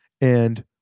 and-